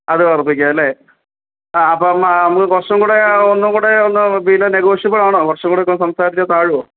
അതിൽ ഉറപ്പിക്കാം അല്ലേ ആ അപ്പം നമുക്ക് കുറച്ചും കൂടെ ഒന്നും കൂടെ ഒന്ന് വീണ്ടും നെഗോഷ്യബിൾ ആണോ കുറച്ചും കൂടെ ഒക്കെ സംസാരിച്ചാൽ താഴുമോ